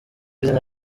izina